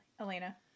Elena